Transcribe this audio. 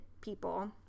people